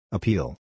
Appeal